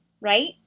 right